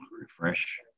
Refresh